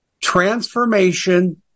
transformation